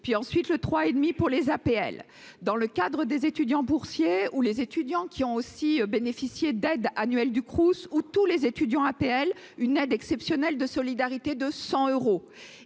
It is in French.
puis ensuite le 3 et demi pour les APL, dans le cadre des étudiants boursiers ou les étudiants qui ont aussi bénéficié d'aides annuelles du Crous ou tous les étudiants APL une aide exceptionnelle de solidarité de cent euros